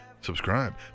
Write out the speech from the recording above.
Subscribe